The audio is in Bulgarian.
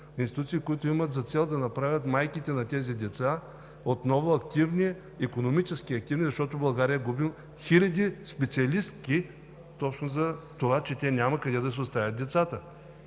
институции, които имат за цел да направят майките на тези деца отново икономически активни, защото България губи хиляди специалистки точно затова, че няма къде да си оставят децата,